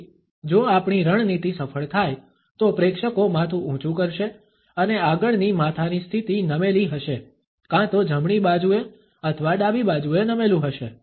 તેથી જો આપણી રણનીતિ સફળ થાય તો પ્રેક્ષકો માથું ઊંચું કરશે અને આગળની માથાની સ્થિતિ નમેલી હશે કાં તો જમણી બાજુએ અથવા ડાબી બાજુએ નમેલું હશે